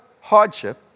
hardship